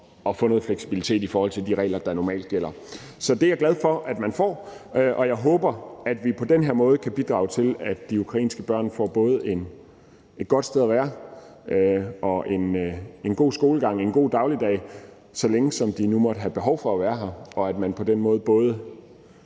at få noget fleksibilitet i forhold til de regler, der normalt gælder. Så det er jeg glad for at man får. Jeg håber, at vi på den her måde kan bidrage til, at de ukrainske børn både får et godt sted at være, en god skolegang og en god dagligdag, mens de måtte have behov for at være her – og at man på den måde både